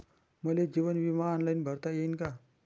मले जीवन बिमा ऑनलाईन भरता येईन का?